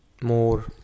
More